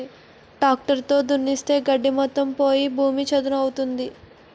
tractor తో దున్నిస్తే గడ్డి మొత్తం పోయి భూమి చదును అవుతుంది